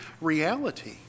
reality